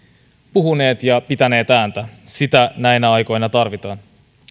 puhuneet ja pitäneet ääntä sitä näinä aikoina tarvitaan